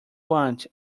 want